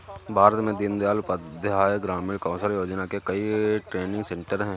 भारत में दीन दयाल उपाध्याय ग्रामीण कौशल योजना के कई ट्रेनिंग सेन्टर है